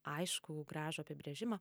aiškų gražų apibrėžimą